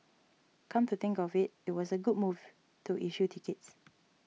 come to think of it it was a good move to issue tickets